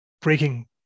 breaking